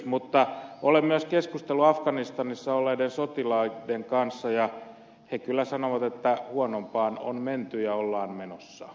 mutta olen myös keskustellut afganistanissa olleiden sotilaiden kanssa ja he kyllä sanovat että huonompaan on menty ja ollaan menossa ikävä kyllä